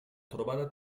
trobada